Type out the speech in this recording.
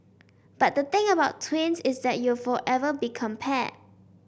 but the thing about twins is that you'll forever be compared